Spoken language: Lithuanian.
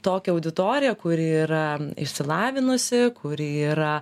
tokią auditoriją kuri yra išsilavinusi kuri yra